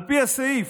על פי הסעיף,